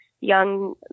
young